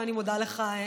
ואני מודה לכם,